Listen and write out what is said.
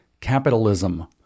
capitalism